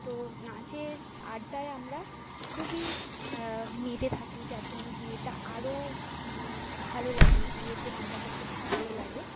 তো নাচের আড্ডায় আমরা খুবই মেতে থাকি যার জন্য বিয়েটা আরও ভালো লাগে বিয়েতে মজা করতে খুব ভালো লাগে